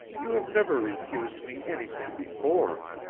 you have never refused me anything before.